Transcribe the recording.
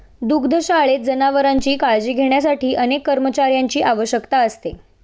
दुग्धशाळेत जनावरांची काळजी घेण्यासाठी अनेक कर्मचाऱ्यांची आवश्यकता असते